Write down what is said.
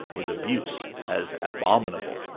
with abuse, as abominable.